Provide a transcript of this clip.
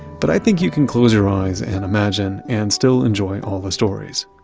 but i think you can close your eyes and imagine and still enjoy all the stories.